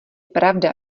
pravda